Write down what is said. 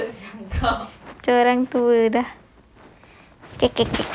macam mana tu dah